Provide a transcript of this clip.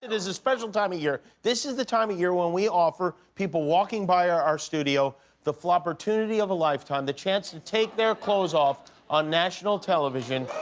it is a special time of year. this is the time of year when we offer people walking by our studio the floppertunity of a lifetime the chance to take their clothes off on national television.